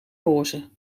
roze